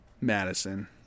Madison